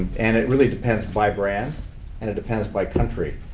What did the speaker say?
and it really depends by brand and it depends by country.